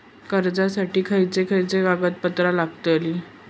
कर्जासाठी खयचे खयचे कागदपत्रा लागतली?